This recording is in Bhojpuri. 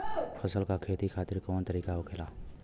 फसल का खेती खातिर कवन तरीका होखेला?